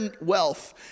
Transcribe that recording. wealth